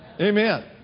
Amen